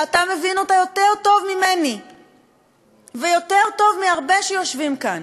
שאתה מבין אותה יותר טוב ממני ויותר טוב מהרבה שיושבים כאן.